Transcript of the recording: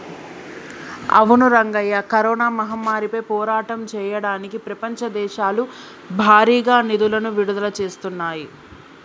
అవును రంగయ్య కరోనా మహమ్మారిపై పోరాటం చేయడానికి ప్రపంచ దేశాలు భారీగా నిధులను విడుదల చేస్తున్నాయి